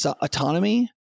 autonomy